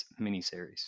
miniseries